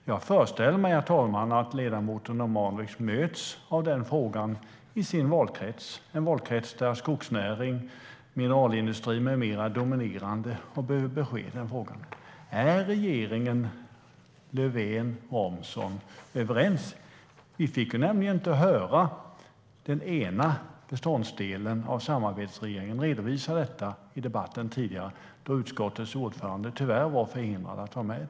Jag föreställer mig, herr talman, att ledamoten Omanovic möts av den frågan i sin valkrets, en valkrets där skogsnäring, mineralindustri med mera är dominerande och behöver besked. Är regeringen Löfven-Romson överens? Vi fick nämligen inte höra den ena delen av samarbetsregeringen redovisa detta i debatten tidigare, då utskottets ordförande tyvärr var förhindrad att vara med.